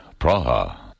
Praha